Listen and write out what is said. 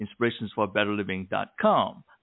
inspirationsforbetterliving.com